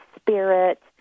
spirit